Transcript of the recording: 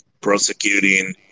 prosecuting